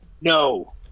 No